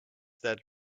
that